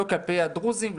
לא כלפי הדרוזים,